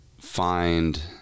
find